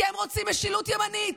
כי הם רוצים משילות ימנית,